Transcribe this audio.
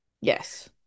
Yes